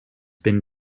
been